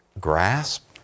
grasp